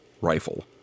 rifle